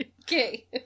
Okay